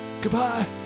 Goodbye